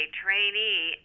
trainee